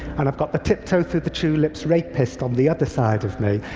and i've got the tiptoe through the tulips rapist on the other side of me.